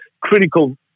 critical